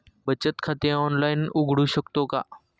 बचत खाते ऑनलाइन उघडू शकतो का?